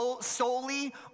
solely